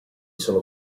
sono